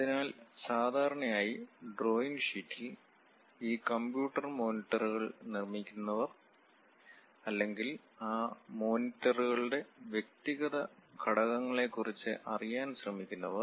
അതിനാൽ സാധാരണയായി ഡ്രോയിംഗ് ഷീറ്റിൽ ഈ കമ്പ്യൂട്ടർ മോണിറ്ററുകൾ നിർമ്മിക്കുന്നവർ അല്ലെങ്കിൽ ആ മോണിറ്ററുകളുടെ വ്യക്തിഗത ഘടകങ്ങളെക്കുറിച്ച് അറിയാൻ ശ്രമിക്കുന്നവർ